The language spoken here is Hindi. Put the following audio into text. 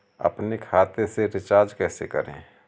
अपने खाते से रिचार्ज कैसे करें?